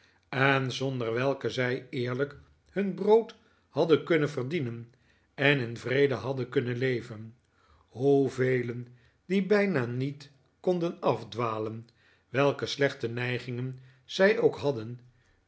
en zonder welke zij eerlijk hun brood hadden kunnen verdienen en in vrede hadden kunnen leven hoevelen die bijna niet konden afdwalen welke slechte neigingen zij ook hadden